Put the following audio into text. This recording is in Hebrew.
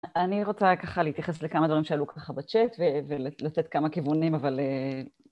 אני רוצה ככה להתייחס לכמה דברים שהעלו ככה בצ'אט ולתת כמה כיוונים אבל